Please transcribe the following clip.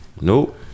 Nope